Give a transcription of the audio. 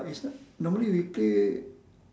it's not normally we play